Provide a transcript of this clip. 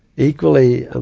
equally, ah